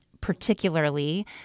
particularly